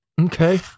Okay